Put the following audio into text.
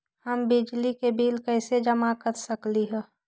हम बिजली के बिल कईसे जमा कर सकली ह?